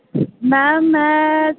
ma'am में